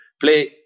play